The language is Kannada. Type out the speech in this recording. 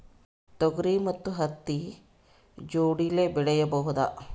ತೊಗರಿ ಮತ್ತು ಹತ್ತಿ ಜೋಡಿಲೇ ಬೆಳೆಯಬಹುದಾ?